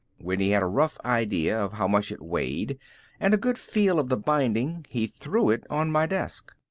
when he had a rough idea of how much it weighed and a good feel of the binding he threw it on my desk.